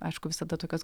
aišku visada tokios